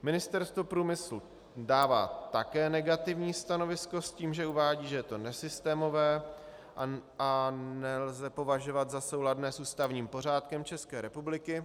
Ministerstvo průmyslu dává také negativní stanovisko s tím, že uvádí, že je to nesystémové a nelze považovat za souladné s ústavním pořádkem České republiky.